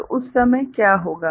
तो उस समय क्या होगा